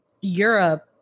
Europe